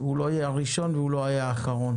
הוא לא הראשון והוא לא יהיה האחרון.